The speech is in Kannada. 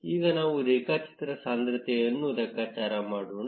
ಈಗ ನಾವು ರೇಖಾಚಿತ್ರ ಸಾಂದ್ರತೆಯನ್ನು ಲೆಕ್ಕಾಚಾರ ಮಾಡೋಣ